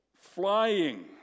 flying